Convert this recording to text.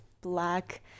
black